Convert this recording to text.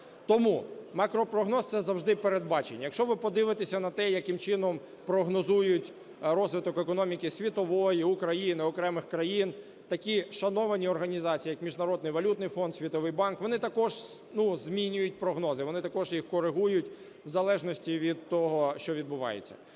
Тому макропрогноз – це завжди передбачення. Якщо ви подивитеся на те, яким чином прогнозують розвиток економіки світової, України, окремих країн такі шановані організації, як Міжнародний валютний фонд, Світовий банк, вони також змінюють прогнози, вони також їх коригують в залежності від того, що відбувається.